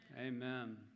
Amen